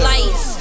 Lights